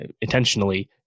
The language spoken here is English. intentionally